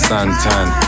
Santan